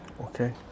okay